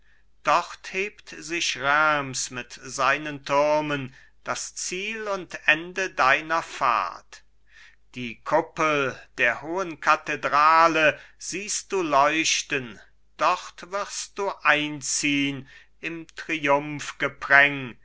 dort hebt sich reims mit seinen türmen das ziel und ende deiner fahrt die kuppel der hohen kathedrale siehst du leuchten dort wirst du einziehn im